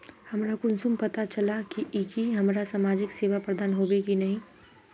हमरा कुंसम पता चला इ की हमरा समाजिक सेवा प्रदान होबे की नहीं?